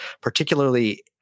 particularly